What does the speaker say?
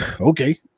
okay